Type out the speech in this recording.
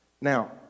Now